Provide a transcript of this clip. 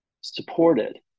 supported